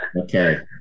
okay